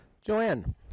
Joanne